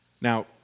Now